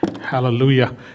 Hallelujah